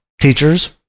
teachers